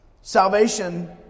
salvation